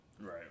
Right